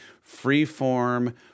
free-form